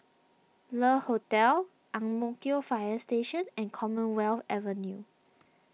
Le Hotel Ang Mo Kio Fire Station and Commonwealth Avenue